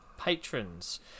patrons